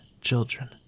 children